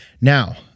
Now